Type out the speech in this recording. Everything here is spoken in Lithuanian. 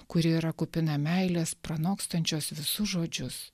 kuri yra kupina meilės pranokstančios visus žodžius